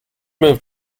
moved